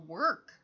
work